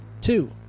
two